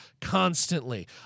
constantly